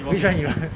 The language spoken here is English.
which one you want